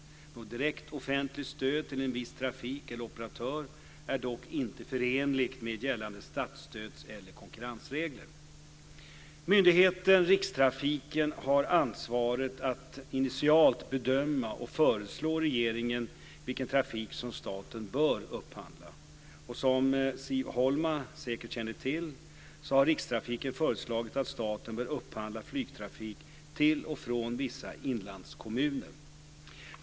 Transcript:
Något direkt offentligt stöd till en viss trafik eller operatör är dock inte förenligt med gällande statsstöds eller konkurrensregler. Myndigheten Rikstrafiken har ansvaret att initialt bedöma och föreslå regeringen vilken trafik som staten bör upphandla. Som Siv Holma säkert känner till så har Rikstrafiken föreslagit att staten bör upphandla flygtrafik till och från vissa inlandskommuner.